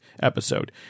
episode